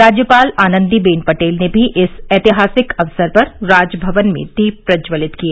राज्यपाल आनन्दीबेन पटेल ने भी इस ऐतिहासिक अवसर पर राजभवन में दीप प्रज्ज्वलित किए